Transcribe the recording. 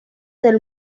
del